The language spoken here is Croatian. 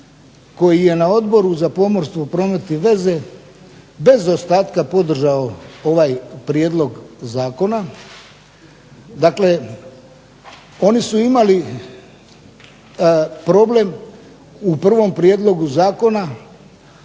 koji je na Odboru za pomorstvo, promet i veze bez ostatka podržao ovaj prijedlog zakona. Dakle, oni su imali problem u prvom prijedlogu zakona,